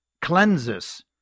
cleanses